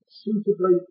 suitably